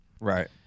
Right